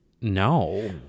No